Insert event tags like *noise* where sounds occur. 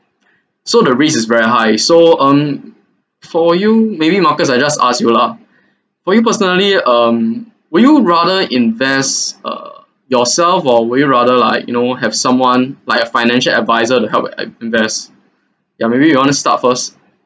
*breath* so the risks is very high so um for you maybe marcus I just ask you lah *breath* for you personally um would you rather invest uh yourself or would you rather like you know have someone like a financial adviser to help *noise* invest yeah maybe you want to start first